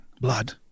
Blood